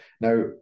now